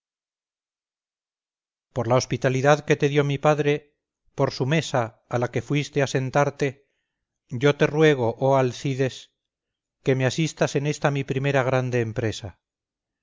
por la hospitalidad que te dio mi padre por su mesa a la que fuiste a sentarte yo te ruego oh alcides que me asistas en esta mi primera grande empresa